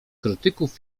krytyków